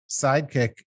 sidekick